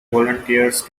volunteers